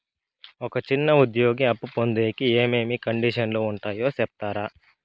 ఒక చిన్న ఉద్యోగి అప్పు పొందేకి ఏమేమి కండిషన్లు ఉంటాయో సెప్తారా?